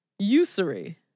Usury